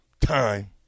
time